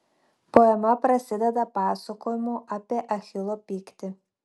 poema prasideda pasakojimu apie achilo pyktį